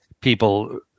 people